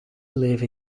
live